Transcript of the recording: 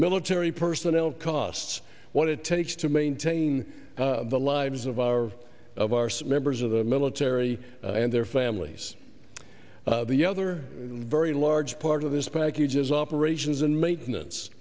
military personnel costs what it takes to maintain the lives of our of arce members of the military and their families the other very large part of this package is operations and maintenance